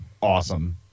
awesome